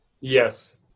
Yes